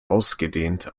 ausgedehnt